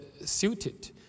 suited